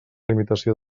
limitació